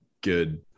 good